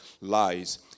lies